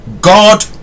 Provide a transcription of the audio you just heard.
God